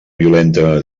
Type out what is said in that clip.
violenta